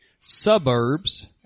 suburbs